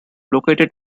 located